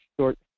short